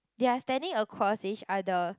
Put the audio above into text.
there are standing across each other